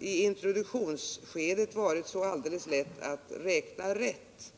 introduktionsskedet inte varit så lätt att räkna rätt.